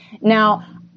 Now